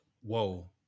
whoa